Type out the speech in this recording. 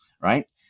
Right